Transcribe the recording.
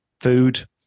food